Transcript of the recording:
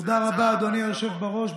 תודה רבה, אדוני היושב בראש.